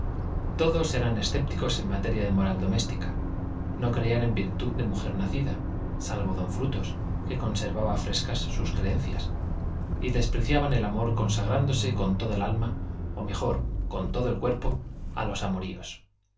todos eran escépticos en materia de moral doméstica no creían en virtud de mujer nacida salvo d frutos que conservaba frescas sus creencias y despreciaban el amor consagrándose con toda el alma o mejor con todo el cuerpo a los amoríos